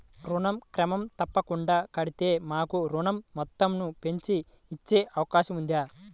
ఋణం క్రమం తప్పకుండా కడితే మాకు ఋణం మొత్తంను పెంచి ఇచ్చే అవకాశం ఉందా?